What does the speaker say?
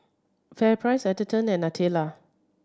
FairPrice Atherton and Nutella